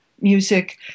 music